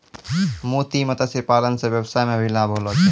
मोती मत्स्य पालन से वेवसाय मे भी लाभ होलो छै